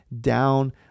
down